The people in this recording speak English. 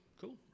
Cool